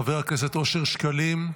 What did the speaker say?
חבר הכנסת אושר שקלים,